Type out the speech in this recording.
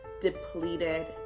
depleted